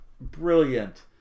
brilliant